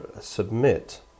submit